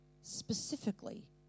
specifically